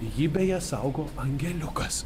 jį beje saugo angeliukas